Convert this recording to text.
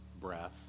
breath